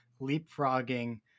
leapfrogging